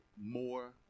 more